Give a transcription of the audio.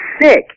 sick